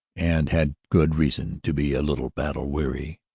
and had good reason to be a little battle weary.